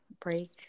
break